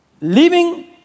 living